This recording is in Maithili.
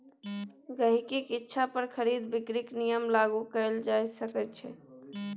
गहिंकीक इच्छा पर खरीद बिकरीक नियम लागू कएल जा सकैत छै